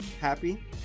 Happy